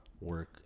work